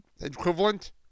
equivalent